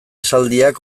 esaldiak